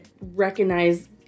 recognize